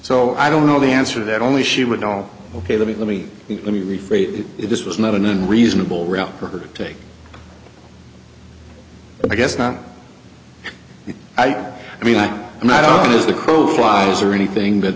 so i don't know the answer that only she would know ok let me let me let me rephrase it if this was not an unreasonable route for her to but i guess not i mean like my tongue as the crow flies or anything but